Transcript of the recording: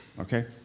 okay